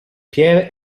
pierre